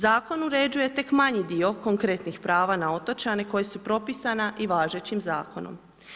Zakon uređuje tek manji dio konkretnih prava na otočane koji su propisana i važećim zakonom.